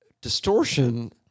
distortion